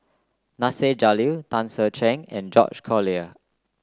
Nasir Jalil Tan Ser Cher and George Collyer